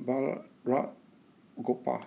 Balraj Gopal